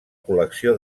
col·lecció